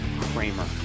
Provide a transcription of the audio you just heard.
Kramer